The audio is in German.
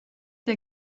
der